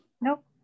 Nope